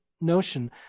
notion